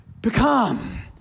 become